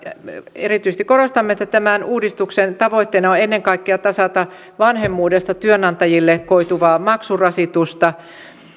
erityisesti korostamme että tämän uudistuksen tavoitteena on ennen kaikkea tasata vanhemmuudesta työnantajille koituvaa maksurasitusta